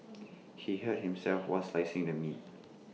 he hurt himself while slicing the meat